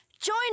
Join